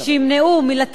התשע"ב 2012. אחרי שאת